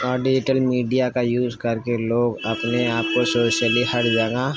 اور digital media کا use کر کے لوگ اپنے آپ کو شوشلی ہر جگہ